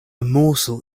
morsel